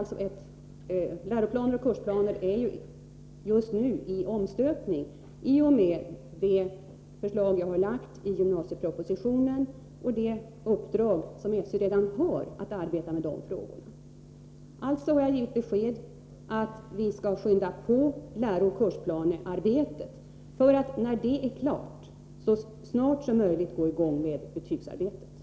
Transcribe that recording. Läroplanerna och kursplanerna är just nu föremål för en omstöpning, i och med det förslag som jag lagt fram i gymnasiepropositionen och det uppdrag som SÖ fått när det gäller arbetet med dessa frågor. Jag har alltså givit besked om att vi skall skynda på arbetet med lärooch kursplanerna för att vi, så snart man är klar med detta, skall kunna komma i gång med arbetet i betygsfrågan.